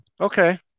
Okay